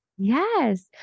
Yes